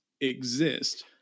exist